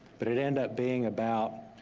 but it ended up being about,